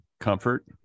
comfort